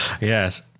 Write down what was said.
Yes